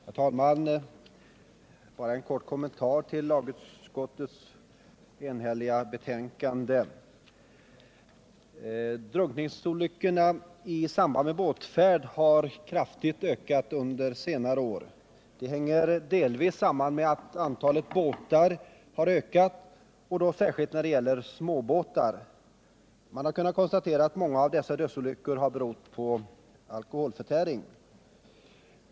Herr talman! Bara en kort kommentar till lagutskottets enhälliga betänkande. Drunkningsolyckorna i samband med båtfärd har ökat kraftigt under senare år. Detta hänger delvis samman med att antalet båtar har ökat, och då särskilt småbåtar. Man har kunnat konstatera att många av dessa dödsolyckor har berott på alkoholförtäring.